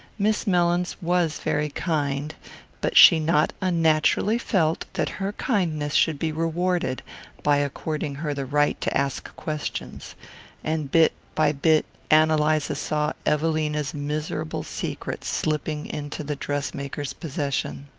miss mellins was very kind but she not unnaturally felt that her kindness should be rewarded by according her the right to ask questions and bit by bit ann eliza saw evelina's miserable secret slipping into the dress-maker's possession.